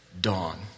dawn